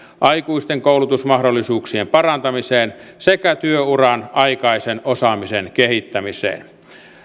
aikuisten koulutusmahdollisuuksien parantamiseen sekä työuran aikaisen osaamisen kehittämiseen